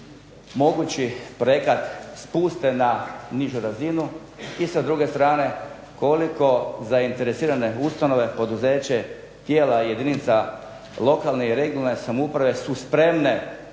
mogući projekat spuste na nižu razinu i sa druge strane koliko zainteresirane ustanove, poduzeće, tijela jedinica lokalne i regionalne samouprave su spremne